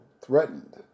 threatened